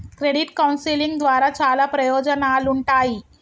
credit counselling ద్వారా చాలా ప్రయోజనాలుంటాయి